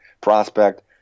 prospect